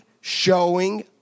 showing